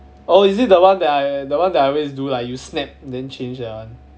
oh is it the one that I the one that I always do like you snap then change that one